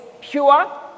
pure